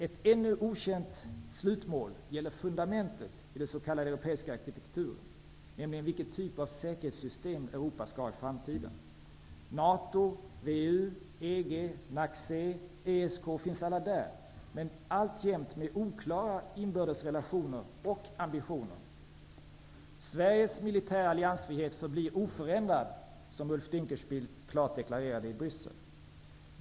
Ett ännu okänt slutmål gäller fundamentet i den s.k. europeiska arkitekturen, nämligen vilken typ av säkerhetssystem Europa skall ha i framtiden. NATO, VEU, EG, NACC och ESK finns alla där, men alltjämt med oklara inbördes relationer och ambitioner. Sveriges militära alliansfrihet förblir oförändrad, som Ulf Dinkelspiel klart deklarerade i Bryssel.